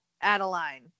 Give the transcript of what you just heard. Adeline